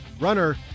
runner